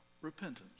repentance